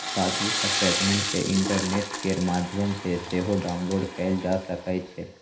passbook statement केँ internet केर माध्यमसँ सेहो डाउनलोड कएल जा सकै छै